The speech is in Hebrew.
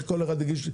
שכל אחד יגיש,